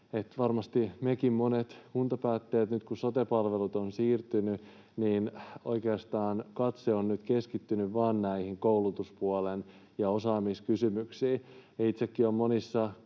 varmasti meidänkin, monien kuntapäättäjien, nyt kun sote-palvelut ovat siirtyneet, katse on nyt oikeastaan keskittynyt vain näihin koulutuspuolen- ja osaamiskysymyksiin. Itsekin olen monissa